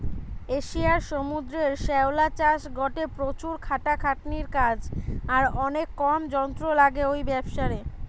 এশিয়ার সমুদ্রের শ্যাওলা চাষ গটে প্রচুর খাটাখাটনির কাজ আর অনেক কম যন্ত্র লাগে ঔ ব্যাবসারে